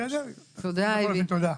אוקיי, תודה.